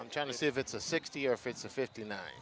i'm trying to see if it's a sixty or if it's a fifty nine